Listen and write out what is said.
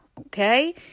Okay